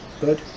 Good